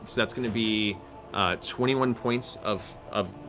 that's going to be twenty one points of of